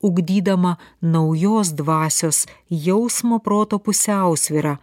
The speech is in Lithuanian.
ugdydama naujos dvasios jausmo proto pusiausvyrą